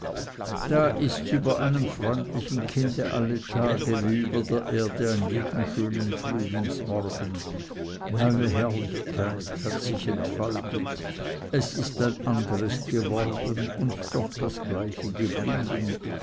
da ists über einem freundlichen kinde alle tage wie über der erde an jedem schönen frühlingsmorgen neue herrlichkeit hat sich entfaltet es ist ein anderes geworden und doch das gleiche geblieben